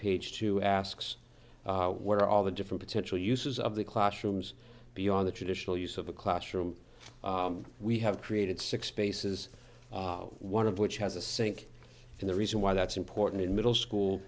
page two asks where are all the different potential uses of the classrooms beyond the traditional use of a classroom we have created six spaces one of which has a sink and the reason why that's important in middle school